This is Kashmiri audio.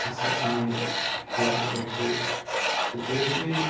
اَثر چھِ مےٚ ہٮ۪لتھِ پٮ۪ٹھ تہِ تہٕ بیٚیہِ چھِ مےٚ